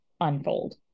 unfold